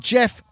Jeff